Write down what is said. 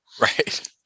right